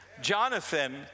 Jonathan